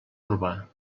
urbà